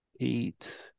eight